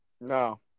No